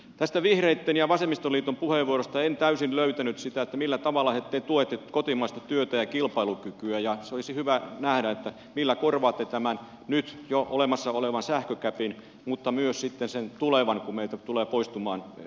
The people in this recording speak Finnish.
näistä vihreitten ja vasemmistoliiton puheenvuoroista en täysin löytänyt sitä millä tavalla te tuette kotimaista työtä ja kilpailukykyä ja se olisi hyvä nähdä millä korvaatte tämän nyt jo olemassa olevan sähkögäpin mutta myös sitten sen tulevan kun meiltä tulee poistumaan energiaa